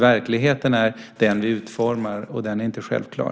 Verkligheten är något vi utformar, och den är inte självklar.